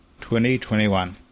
2021